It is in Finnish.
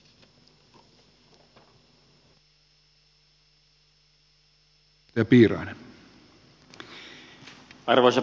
arvoisa puhemies